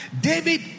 David